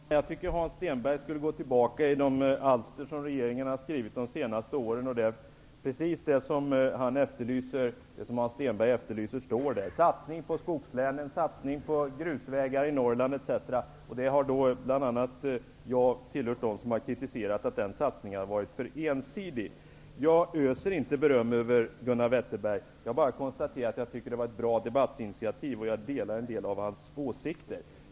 Herr talman! Jag tycker att Hans Stenberg skall gå tillbaka och se på de alster som regeringen har skrivit under de senaste åren. Där står precis det som han efterlyser: satsning på skogslänen, satsning på grusvägar i Norrland, etc. Jag bl.a. har kritiserat att de satsningarna har varit för ensidiga. Jag öser inte beröm över Gunnar Wetterberg. Jag konstaterar bara att det var ett bra debattinitiativ. Jag delar en del av hans åsikter.